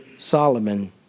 Solomon